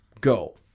go